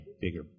bigger